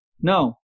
no